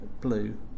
blue